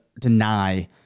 deny